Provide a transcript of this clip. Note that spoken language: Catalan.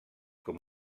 com